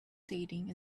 dating